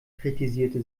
kritisierte